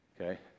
okay